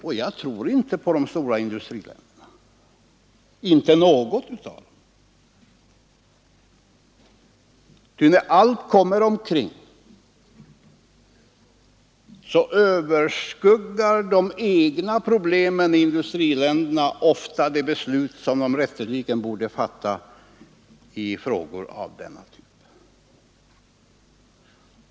Och jag tror inte på de stora industriländerna — inte på något av dem —, ty när allt kommer omkring överskuggar de egna problemen i industriländerna ofta de beslut som dessa länder rätteligen borde fatta i frågor av denna typ.